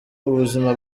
ubuzima